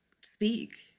speak